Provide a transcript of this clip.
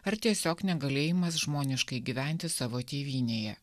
ar tiesiog negalėjimas žmoniškai gyventi savo tėvynėje